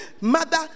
Mother